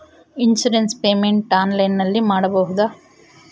Insurance payment ಆನ್ಲೈನಿನಲ್ಲಿ ಮಾಡಬಹುದಾ?